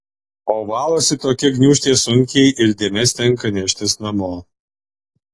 o valosi tokia gniūžtė sunkiai ir dėmes tenka neštis namo